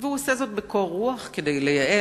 והוא עושה זאת בקור רוח, כדי לייעל.